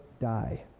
die